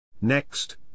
Next